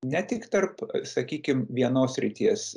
ne tik tarp sakykim vienos srities